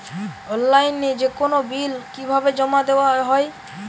অনলাইনে যেকোনো বিল কিভাবে জমা দেওয়া হয়?